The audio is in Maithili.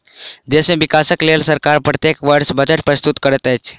देश के विकासक लेल सरकार प्रत्येक वर्ष बजट प्रस्तुत करैत अछि